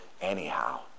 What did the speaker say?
anyhow